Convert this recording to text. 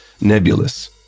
nebulous